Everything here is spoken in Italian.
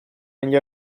negli